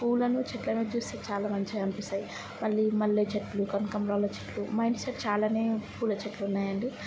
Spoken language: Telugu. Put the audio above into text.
పూలను చెట్లను చూస్తే చాలా మంచిగా అనిపిస్తాయి మళ్ళీ మల్లె చెట్లు కనకంబరాల చెట్లు మా ఇంటి సైడ్ చాలానే పూల చెట్లు ఉన్నాయండి